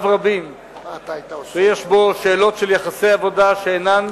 רבים ויש בו שאלות של יחסי עבודה שאינן